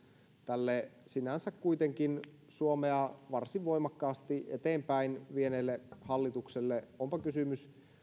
tälle sinänsä kuitenkin suomea varsin voimakkaasti eteenpäin vieneelle hallitukselle onpa kysymys